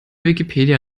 wikipedia